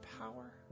power